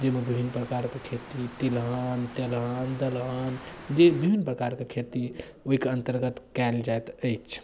जाहिमे बिभिन्न प्रकारके खेती तिलहन तेलहन दलहन जे बोईभीन्न प्रकारके खेती ओहिके अन्तर्गत कैल जाइत अइछ